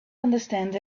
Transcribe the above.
understand